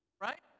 right